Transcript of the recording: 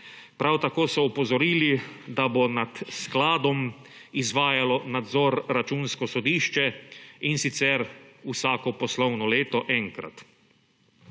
Prav tako so opozorili, da bo nad skladom izvajalo nadzor Računsko sodišče in sicer vsako poslovno leto enkrat.